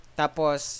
tapos